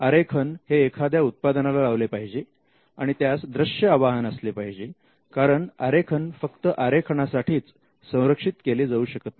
आरेखन हे एखाद्या उत्पादनाला लावले पाहिजे आणि त्यास दृश्य आवाहन असले पाहिजे कारण आरेखन फक्त आरेखना साठीच संरक्षित केले जाऊ शकत नाही